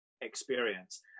experience